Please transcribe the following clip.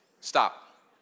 Stop